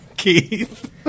Keith